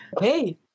hey